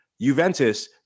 Juventus